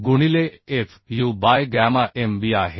गुणिले fu by gamma mb आहे